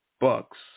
Bucks